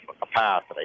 capacity